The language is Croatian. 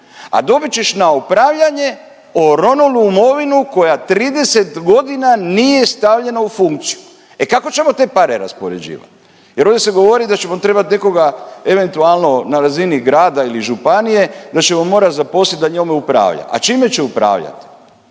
a dobit ćeš na upravljanje oronulu imovinu koja 30 godina nije stavljena u funkciju. E kako ćemo te pare raspoređivat jer ovdje se govori da ćemo trebat nekoga eventualno na razini grada ili županije da ćemo morat zaposlit da njome upravlja, a čime će upravljat